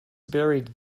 buried